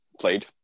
played